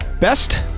best